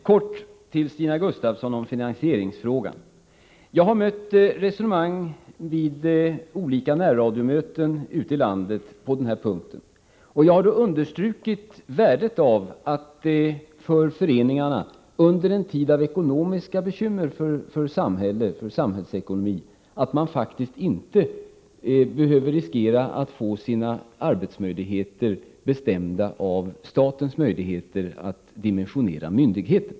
Kort till Stina Gustavsson om finansieringsfrågan: Vid olika närradiomöten ute i landet har jag mött resonemang om finansieringen, och jag har då understrukit värdet för föreningarna att de under en tid med bekymmer för samhällsekonomin faktiskt inte behöver riskera att få sina arbetsmöjligheter bestämda av statens möjligheter att dimensionera myndigheter.